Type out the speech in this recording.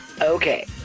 Okay